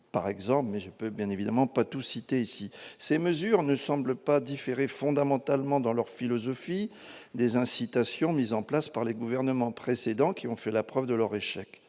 par exemple, mais je peux bien évidemment pas tout citer si ces mesures ne semble pas différer fondamentalement dans leur philosophie des incitations mises en place par les gouvernements précédents qui ont fait la preuve de leur échec,